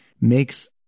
makes